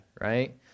right